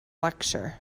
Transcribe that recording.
lecture